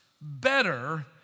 better